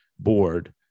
board